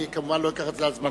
אני כמובן לא אקח את זה מזמנך.